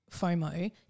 FOMO